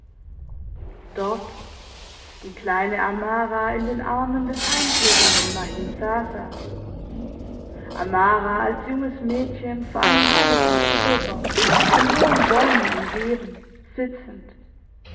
dort die kleine amara in den armen des heimkehrenden mahimsasa amara als junges mädchen vor einem herrlichen kuppelbau von hohen bäumen umgeben sitzend